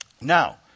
Now